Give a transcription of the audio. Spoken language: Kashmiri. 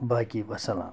باقی وَسَلام